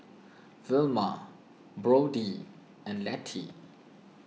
Vilma Brody and Letty